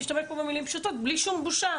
בלי שום בושה.